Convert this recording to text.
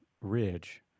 ridge